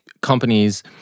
companies